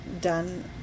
done